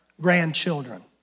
grandchildren